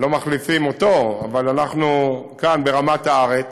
לא מחליפים אותו, אבל אנחנו כאן ברמת הארץ,